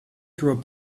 through